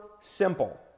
simple